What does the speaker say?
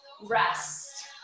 Rest